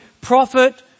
prophet